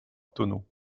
tonneaux